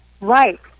Right